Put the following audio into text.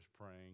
praying